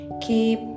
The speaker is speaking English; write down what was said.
keep